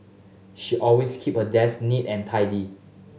she always keep her desk neat and tidy